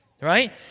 right